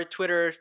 Twitter